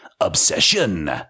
Obsession